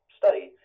study